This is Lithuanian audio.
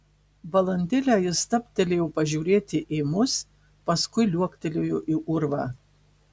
valandėlę jis stabtelėjo pažiūrėti į mus paskui liuoktelėjo į urvą